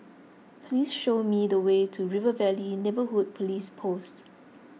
please show me the way to River Valley Neighbourhood Police Post